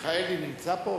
מיכאלי נמצא פה